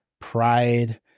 pride